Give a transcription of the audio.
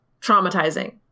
traumatizing